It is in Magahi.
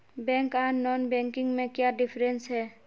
बैंक आर नॉन बैंकिंग में क्याँ डिफरेंस है?